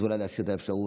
אז אולי להשאיר את האפשרות,